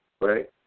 Right